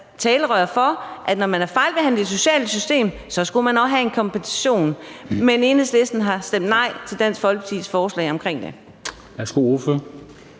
fortaler for, nemlig at når man er fejlbehandlet i det sociale system, skal man også have en kompensation. Men Enhedslisten har stemt nej til Dansk Folkepartis forslag om det.